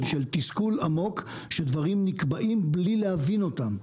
של תסכול עמוק שדברים נקבעים בלי להבין אותם.